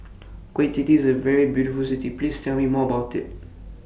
Kuwait City IS A very beautiful City Please Tell Me More about IT